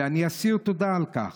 ואני אסיר תודה על כך.